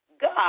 God